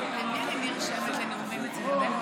אני מתכבדת להודיע,